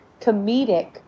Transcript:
comedic